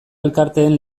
elkarteen